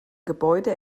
gebäude